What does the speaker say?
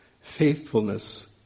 faithfulness